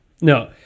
No